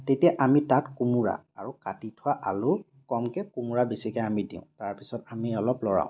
তেতিয়া আমি তাত কোমোৰা আৰু কাটি থোৱা আলু কমকৈ কোমোৰা বেছিকৈ আমি দিওঁ তাৰ পিছত আমি অলপ লৰাওঁ